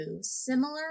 similar